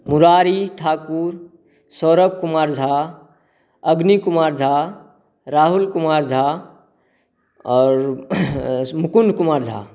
मुरारी ठाकुर सौरभ कुमार झा अग्नि कुमार झा राहुल कुमार झा आओर मुकुन्द कुमार झा